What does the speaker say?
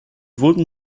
wurden